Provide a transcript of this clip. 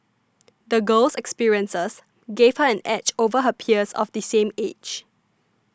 the girl's experiences gave her an edge over her peers of the same age